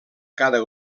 cada